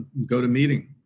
GoToMeeting